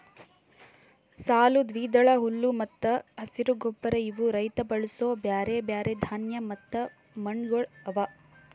ಸಾಲು, ದ್ವಿದಳ, ಹುಲ್ಲು ಮತ್ತ ಹಸಿರು ಗೊಬ್ಬರ ಇವು ರೈತ ಬಳಸೂ ಬ್ಯಾರೆ ಬ್ಯಾರೆ ಧಾನ್ಯ ಮತ್ತ ಮಣ್ಣಗೊಳ್ ಅವಾ